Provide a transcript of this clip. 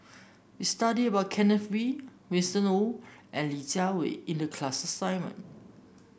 we studied about Kenneth Kee Winston Oh and Li Jiawei in the class assignment